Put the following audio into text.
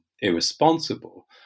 irresponsible